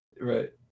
Right